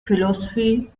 philosophy